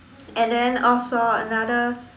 and then also another